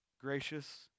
Gracious